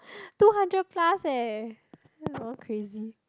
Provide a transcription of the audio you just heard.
two hundred plus leh you all crazy